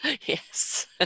Yes